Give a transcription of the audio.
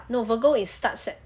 no virgo is start sep